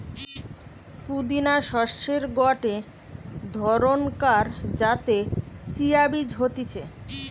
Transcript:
পুদিনা শস্যের গটে ধরণকার যাতে চিয়া বীজ হতিছে